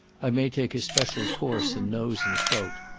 i may take a special course in nose and throat.